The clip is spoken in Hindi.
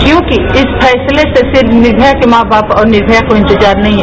क्योंकि इस फैसले से केवल निर्भया के मां बाप और निर्भया को इंतजार नहीं है